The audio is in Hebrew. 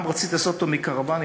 אומנם רציתי לעשות אותו מקרוונים,